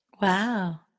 Wow